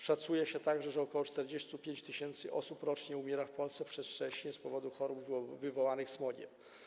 Szacuje się także, że ok. 45 tys. osób rocznie umiera w Polsce przedwcześnie z powodu chorób wywołanych smogiem.